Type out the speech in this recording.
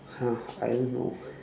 !huh! I don't know